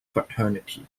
fraternity